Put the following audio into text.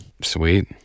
sweet